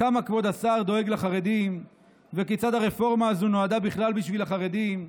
כמה כבוד השר דואג לחרדים וכיצד הרפורמה הזו נועדה בכלל בשביל החרדים,